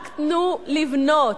רק תנו לבנות.